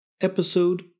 episode